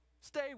Stay